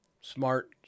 smart